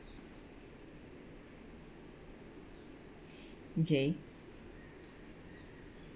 okay